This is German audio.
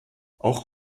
auch